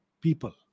people